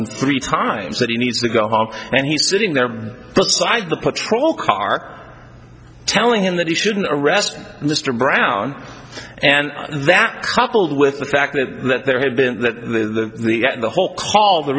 him three times that he needs to go home and he's sitting there beside the patrol car telling him that he shouldn't arrest mr brown and that coupled with the fact that there had been that the whole call the